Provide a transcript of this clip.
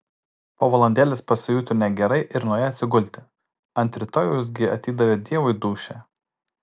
po valandėlės pasijuto negerai ir nuėjo atsigulti ant rytojaus gi atidavė dievui dūšią